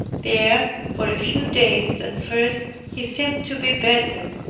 there for a few days at first he seemed to be better,